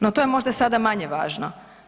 No, to je možda sada manje važno?